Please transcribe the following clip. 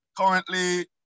Currently